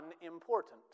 unimportant